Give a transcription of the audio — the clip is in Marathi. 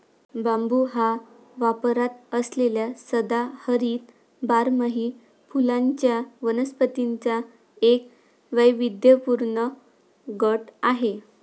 बांबू हा वापरात असलेल्या सदाहरित बारमाही फुलांच्या वनस्पतींचा एक वैविध्यपूर्ण गट आहे